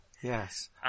Yes